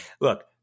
Look